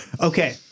Okay